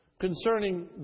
concerning